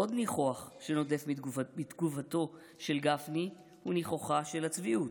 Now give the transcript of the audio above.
עוד ניחוח שנודף מתגובתו של גפני הוא ניחוחה של צביעות.